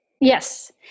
Yes